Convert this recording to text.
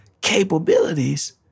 capabilities